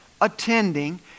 attending